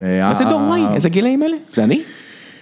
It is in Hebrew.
מה זה דוגמאי? איזה גילאים אלה? זה אני?